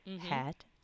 hat